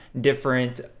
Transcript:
different